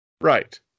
Right